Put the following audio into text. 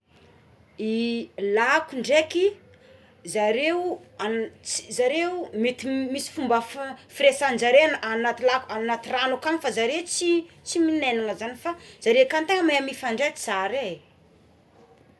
I lako ndraiky zareo amin- zareo mety m misy fomba fa firesanjareo anaty la anaty rano akany fa zareo tsy minenana zany fa zareo akany tena mahay mifandray tsarè.